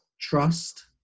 trust